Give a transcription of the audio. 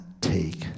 take